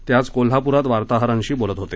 ते आज कोल्हापुरात वार्ताहरांशी बोलत होते